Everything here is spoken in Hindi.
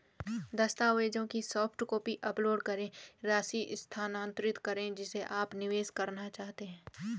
दस्तावेजों की सॉफ्ट कॉपी अपलोड करें, राशि स्थानांतरित करें जिसे आप निवेश करना चाहते हैं